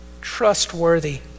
trustworthy